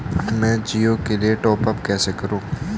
मैं जिओ के लिए टॉप अप कैसे करूँ?